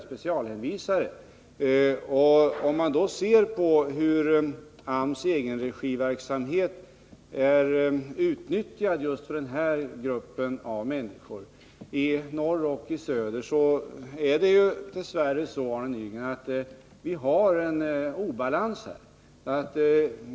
Ser vi på hur AMS egenregiverksamhet är utnyttjad just för denna grupp av människor i norr och i söder, finner vi dess värre, Arne Nygren, att det råder en obalans.